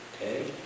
Okay